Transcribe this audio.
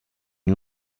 une